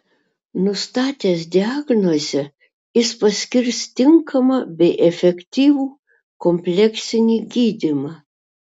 nustatęs diagnozę jis paskirs tinkamą bei efektyvų kompleksinį gydymą